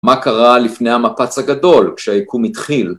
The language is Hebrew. מה קרה לפני המפץ הגדול, כשהייקום התחיל